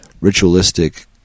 Ritualistic